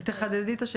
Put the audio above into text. כן, אז תחדדי את השאלה.